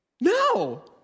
No